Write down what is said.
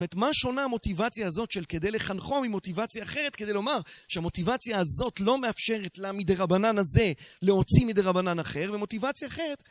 מה שונה המוטיבציה הזאת של כדי לחנכו ממוטיבציה אחרת, כדי לומר שהמוטיבציה הזאת לא מאפשרת להעמיד את הרבנן הזה להוציא מידי הרבנן אחר ומוטיבציה אחרת